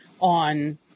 on